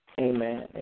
Amen